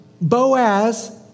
Boaz